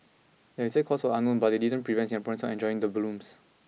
the exact cause was unknown but that didn't prevent Singaporeans from enjoying the blooms